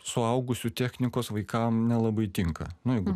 suaugusių technikos vaikam nelabai tinka nu jeigu